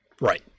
Right